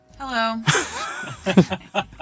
Hello